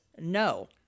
no